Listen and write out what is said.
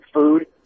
food